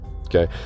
okay